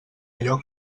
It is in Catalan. allò